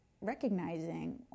recognizing